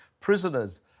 prisoners